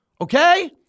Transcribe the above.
Okay